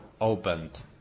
opened